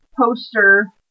poster